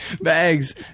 bags